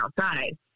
outside